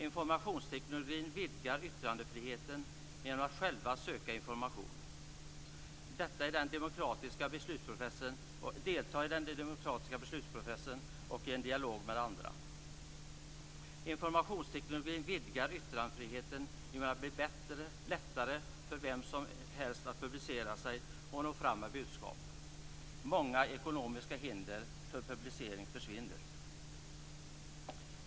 Informationstekniken vidgar yttrandefriheten genom att man själv kan söka information. Man kan delta i den demokratiska beslutsprocessen i dialog med andra. Informationstekniken vidgar yttrandefriheten genom att det blir lättare för vem som helst att publicera sig och nå fram med budskap. Många ekonomiska hinder för publicering försvinner.